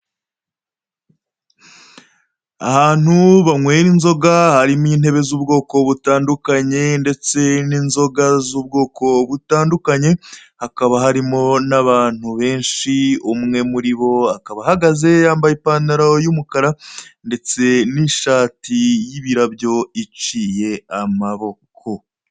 Ahantu banywera inzoga harimo intebe z'ubwoko butandukanye, ndetse inzoga z'ubwoko butandukanye, hakaba harimo n'abantu benshi, umwe muri bo akaba ahagaze yambaye ipantaro y'umukara ndetse n'ishati y'ibirabyo iciye amaboko.